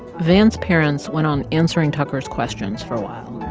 van's parents went on answering tucker's questions for a while,